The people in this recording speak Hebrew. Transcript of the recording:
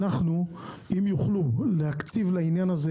אם יוכלו להקציב לעניין הזה